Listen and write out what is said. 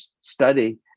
study